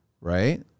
Right